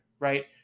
right